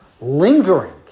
lingering